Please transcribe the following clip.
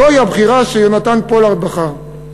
זוהי הבחירה שיונתן פולארד בחר.